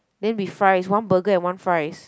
then with fries one burger and one fries